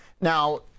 Now